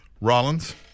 Rollins